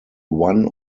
one